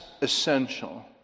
essential